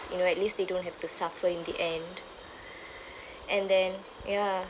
you know at least they don't have to suffer in the end and then ya